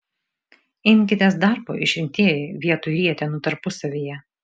imkitės darbo išrinktieji vietoj rietenų tarpusavyje